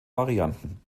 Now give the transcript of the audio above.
varianten